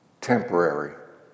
temporary